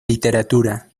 literatura